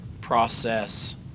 process